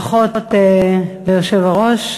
ברכות ליושב-הראש.